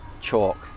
chalk